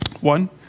One